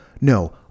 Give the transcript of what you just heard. No